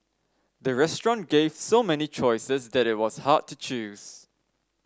the restaurant gave so many choices that it was hard to choose